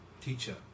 teacher